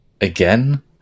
again